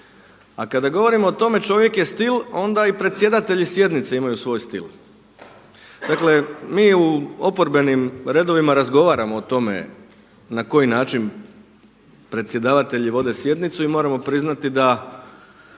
A kada govorimo o tome čovjek je stil onda i predsjedatelji sjednice imaju svoj stil. Dakle mi u oporbenim redovima razgovaramo o tome na koji način predsjedavatelji vode sjednicu i moram vam priznati da